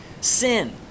sin